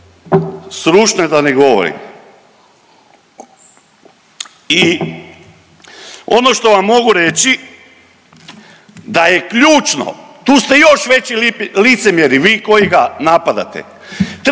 stručne da ne govorim. Ono što vam mogu reći da je ključno, tu ste još veći licemjeri vi koji ga napadate, 3.g.